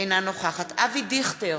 אינה נוכחת אבי דיכטר,